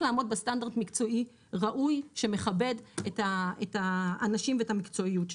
לעמוד בסטנדרט מקצועי ראוי שמכבד את האנשים ואת המקצועיות שלהם.